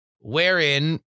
Wherein